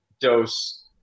dose